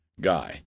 guy